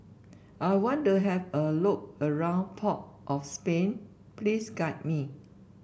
I want to have a look around Port of Spain please guide me